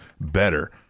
better